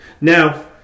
Now